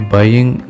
Buying